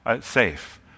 safe